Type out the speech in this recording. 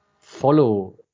follow